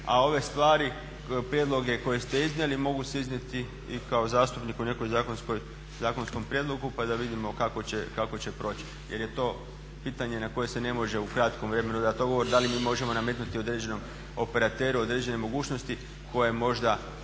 a ove stvari koje prijedloge koje ste iznijeli mogu se iznijeti i kao zastupnik u nekom zakonskom prijedlogu pa da vidimo kako će proći jer je to pitanje na koje se ne može u kratkom vremenu dati. Ovo da li mi možemo nametnuti određenom operateru određene mogućnosti koje možda